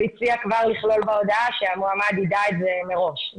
הוא הציע כבר לכלול בהודעה שהמועמד יידע את זה מראש.